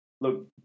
look